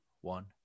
one